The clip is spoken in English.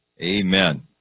Amen